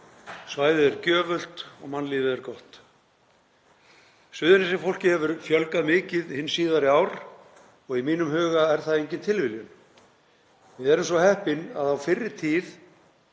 Svæðið er gjöfult og mannlífið er gott. Suðurnesjafólki hefur fjölgað mikið hin síðari ár og í mínum huga er það engin tilviljun. Við erum svo heppin á fyrri tíð